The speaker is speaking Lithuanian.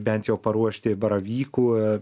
bent jau paruošti baravykų